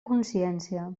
consciència